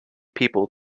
people